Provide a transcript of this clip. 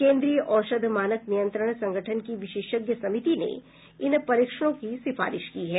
केन्द्रीय औषध मानक नियंत्रण संगठन की विशेषज्ञ समिति ने इन परीक्षणों की सिफारिश की है